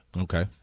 Okay